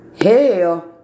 hell